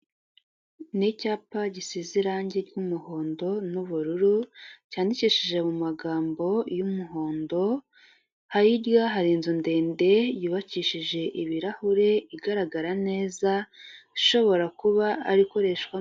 Ni icyapa gisize irangi ry'umuhondo n'ubururu, cyandikishije mu mu magambo y'umuhondo, hirya hari inzu ndende yubakishije ibirahure, igaragara neza ishobora kuba ari ikoreshwa.